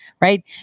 right